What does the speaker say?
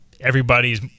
everybody's